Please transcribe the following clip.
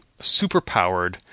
superpowered